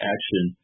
Action